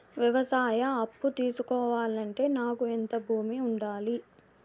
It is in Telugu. వ్యవసాయ అప్పు తీసుకోవాలంటే నాకు ఎంత భూమి ఉండాలి?